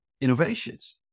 innovations